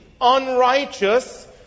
unrighteous